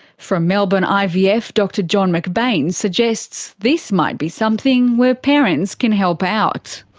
from melbourne ivf, dr john mcbain suggests this might be something where parents can help out.